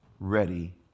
Ready